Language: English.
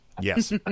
yes